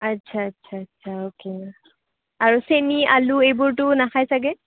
আচ্ছা আচ্ছা আচ্ছা অ'কে আৰু চেনি আলু এইবোৰটো নাখায় চাগে